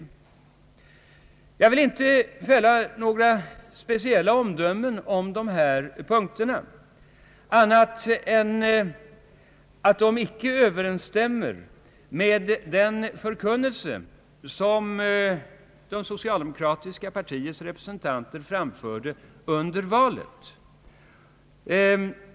Jag vill inte fälla några andra omdömen om dessa punkter än att de icke överensstämmer med den förkunnelse det socialdemokratiska partiets representanter framförde under valet.